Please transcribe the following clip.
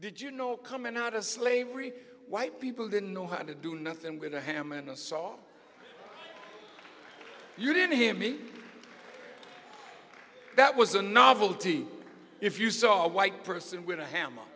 did you know coming out of slavery white people didn't know how to do nothing with a hammer and a saw you didn't hear me that was a novelty if you saw a white person with a hammer